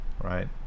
right